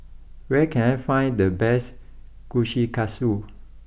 where can I find the best Kushikatsu